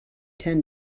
ten